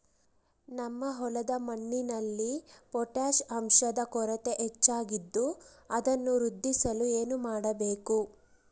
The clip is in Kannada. ನಮ್ಮ ಹೊಲದ ಮಣ್ಣಿನಲ್ಲಿ ಪೊಟ್ಯಾಷ್ ಅಂಶದ ಕೊರತೆ ಹೆಚ್ಚಾಗಿದ್ದು ಅದನ್ನು ವೃದ್ಧಿಸಲು ಏನು ಮಾಡಬೇಕು?